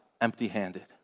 empty-handed